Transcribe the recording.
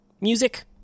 music